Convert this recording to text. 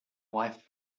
wife